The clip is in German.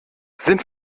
sind